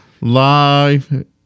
live